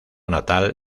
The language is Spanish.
natal